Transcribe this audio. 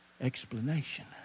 explanation